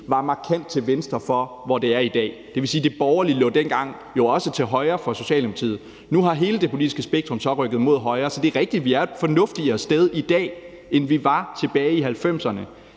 var markant til venstre for der, hvor det er i dag. Det vil sige, at de borgerlige dengang jo også lå til højre for Socialdemokratiet. Nu har hele det politiske spektrum så rykket mod højre. Så det er rigtigt: Vi er et fornuftigere sted i dag, end vi var tilbage i 1990'erne.